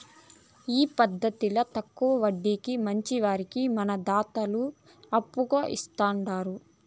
ఈ పద్దతిల తక్కవ వడ్డీకి మంచివారికి మన దాతలు అప్పులు ఇస్తాండారు